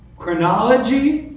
chronology,